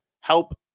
help